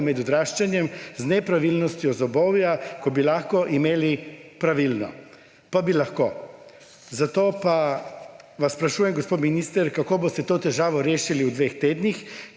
med odraščanjem pomagali pri nepravilnosti zobovja, ko bi lahko imeli pravilno. Pa bi lahko. Zato pa vas sprašujem, gospod minister: Kako boste to težavo rešili v dveh tednih,